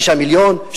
6 מיליון,